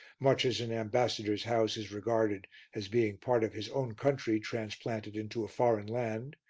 much as an ambassador's house is regarded as being part of his own country transplanted into a foreign land,